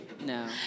No